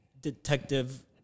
Detective